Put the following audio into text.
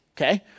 okay